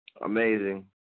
Amazing